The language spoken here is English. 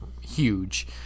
huge